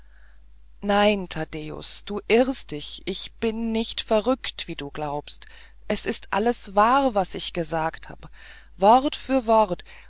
nein taddäus du irrst dich ich bin nicht verrückt wie du glaubst es ist alles wahr was ich gesagt hab wort für wort